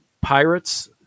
Pirates